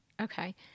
okay